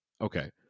Okay